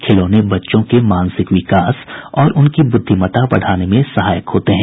खिलौने बच्चों को मानसिक विकास और उनकी बुद्धिमत्ता बढ़ाने में सहायक होते हैं